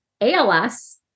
ALS